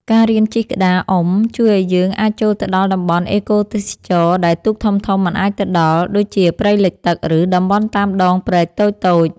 ការរៀនជិះក្តារអុំ ជួយឱ្យយើងអាចចូលទៅដល់តំបន់អេកូទេសចរណ៍ដែលទូកធំៗមិនអាចទៅដល់ ដូចជាព្រៃលិចទឹក ឬតំបន់តាមដងព្រែកតូចៗ។